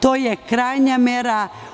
To je krajnja mera.